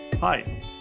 Hi